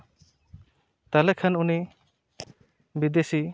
ᱛᱟᱦᱚᱞᱮ ᱠᱷᱟᱱ ᱩᱱᱤ ᱵᱤᱫᱮᱥᱤ